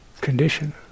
condition